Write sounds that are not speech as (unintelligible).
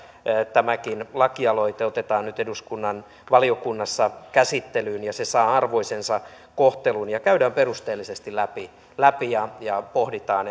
tämäkin lakialoite otetaan nyt eduskunnan valiokunnassa käsittelyyn ja se saa arvoisensa kohtelun ja käydään perusteellisesti läpi läpi ja ja pohditaan (unintelligible)